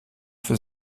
für